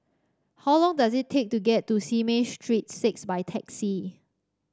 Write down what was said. how long does it take to get to Simei Street Six by taxi